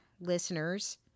listeners